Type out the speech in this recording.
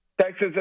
texas